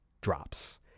drops